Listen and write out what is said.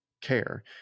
care